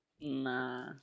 Nah